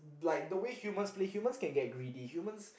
like the way humans play humans can get greedy humans